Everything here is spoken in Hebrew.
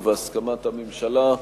ובהסכמת הממשלה,